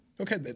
Okay